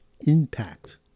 impact